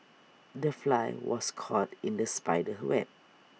the fly was caught in the spider's web